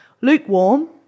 lukewarm